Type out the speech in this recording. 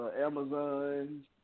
Amazon